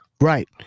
Right